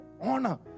honor